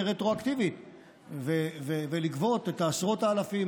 רטרואקטיבית ולגבות את עשרות האלפים,